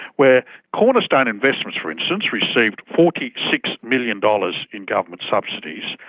where cornerstone investments, for instance, received forty six million dollars in government subsidies.